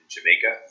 Jamaica